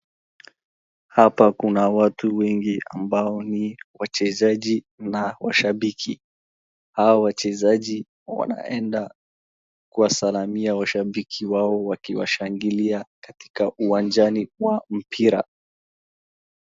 Hapa kuna watu wengi ambao ni wachezaji na washambiki. Hawa wachezaji wanaenda kuwasalimia washambiki wao wakiwashangilia katika uwanjani wa mpira.